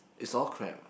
it's all crab lah